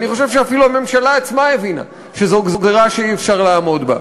אני חושב שאפילו הממשלה עצמה הבינה שזו גזירה שאי-אפשר לעמוד בה.